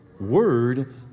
word